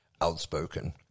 outspoken